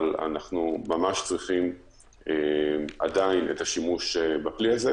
אבל אנחנו ממש צריכים עדיין את השימוש בכלי הזה,